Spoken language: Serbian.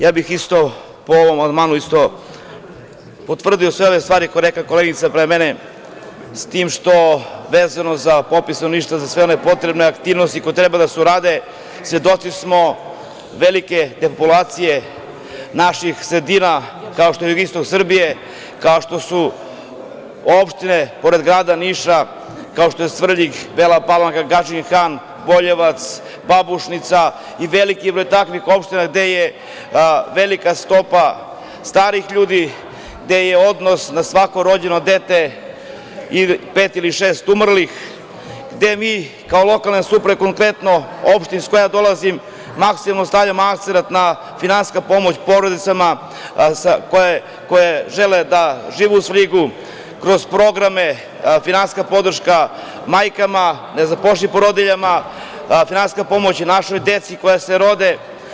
Ja bih potvrdio sve ove stvari koje je rekla koleginica pre mene, s tim što, vezano za popis stanovništva za sve one potrebne aktivnosti koje treba da se urade, svedoci smo velike depopulacije naših sredina, kao što je jugoistok Srbije, kao što su opštine pored grada Niša, kao što je Svrljig, Bela Palanka, Gadžin Han, Boljevac, Babušnica i veliki broj takvih opština gde je velika stopa starih ljudi, gde je odnos na svako rođeno dete pet ili šest umrlih, gde mi kao lokalne samouprave, konkretno opština iz koje ja dolazim, maksimalno stavljamo akcenat na finansijsku pomoć porodicama koje žele da žive u Svrljigu, kroz programe finansijska podrška majkama, nezaposlenim porodiljama, finansijska pomoć našoj deci koja se rode.